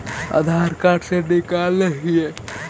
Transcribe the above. आधार card से निकाल हिऐ?